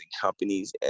companies